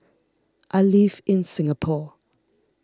I live in Singapore